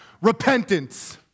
Repentance